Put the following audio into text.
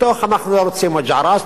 מתוך: אנחנו לא רוצים "וג'ע ראס",